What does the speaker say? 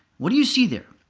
what do you see there?